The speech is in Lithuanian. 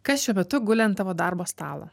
kas šiuo metu guli ant tavo darbo stalo